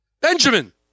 Benjamin